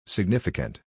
Significant